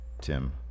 Tim